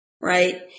right